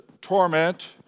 torment